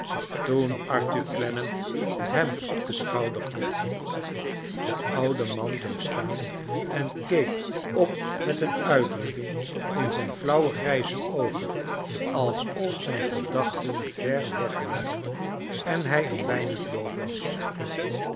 toen arthur clennam hem op den schouder klopte de oude man bleef staan en keek op met een uitdrukking in zijn flauwe grijze oogen alsof zijn gedachten ver weg waren en hij een weinig doof was